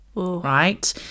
right